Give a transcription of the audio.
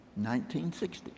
1960